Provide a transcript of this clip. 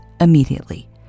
immediately